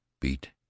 beat